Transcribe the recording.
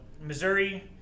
Missouri